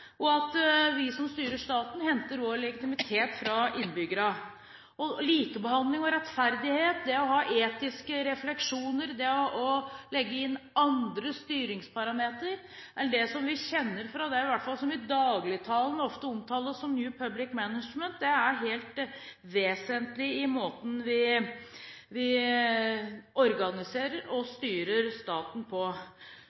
og styringsvirkemidlene vi bruker, må alltid ta utgangspunkt i nettopp det. Vi som styrer staten, henter også legitimitet fra innbyggerne. Likebehandling og rettferdighet og det å ha etiske refleksjoner, det å legge inn andre styringsparametere enn det som i dagligtalen ofte omtales som New Public Management, er helt vesentlig i måten vi organiserer og